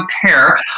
care